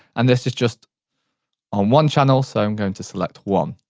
and this is just on one channel, so i'm going to select one.